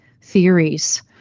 theories